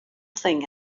thing